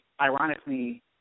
ironically